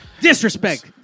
disrespect